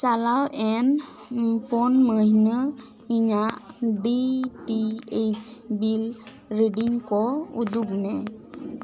ᱪᱟᱞᱟᱣ ᱮᱱ ᱯᱩᱱ ᱢᱟ ᱦᱤᱱᱟᱹ ᱤᱧᱟᱹᱜ ᱰᱤ ᱴᱤ ᱮᱭᱤᱪ ᱵᱤᱞ ᱨᱤᱰᱤᱱ ᱠᱚ ᱩᱫᱩᱜᱽ ᱢᱮ